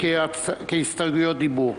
כהסתייגויות דיבור.